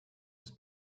ist